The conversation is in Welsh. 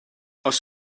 oes